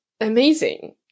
amazing